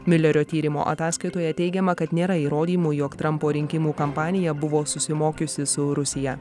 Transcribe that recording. miulerio tyrimo ataskaitoje teigiama kad nėra įrodymų jog trampo rinkimų kampanija buvo susimokiusi su rusija